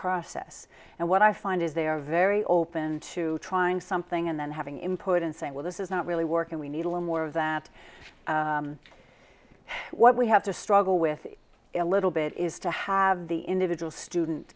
process and what i find is they are very open to trying something and then having important say well this is not really working we need a lot more of that what we have to struggle with a little bit is to have the individual student